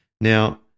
Now